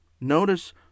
notice